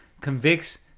convicts